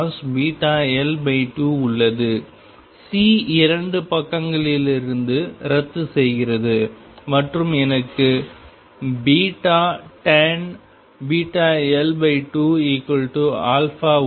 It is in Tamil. C இரண்டு பக்கங்களிலிருந்தும் ரத்துசெய்கிறது மற்றும் எனக்கு tan βL2 உள்ளது